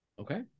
Okay